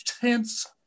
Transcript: tense